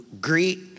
greet